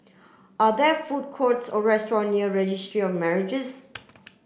are there food courts or restaurant near Registry of Marriages